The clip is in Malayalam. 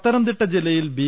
പത്തനംതിട്ട ജില്ലയിൽ ബി